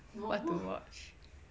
what to watch